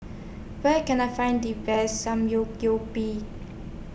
Where Can I Find The Best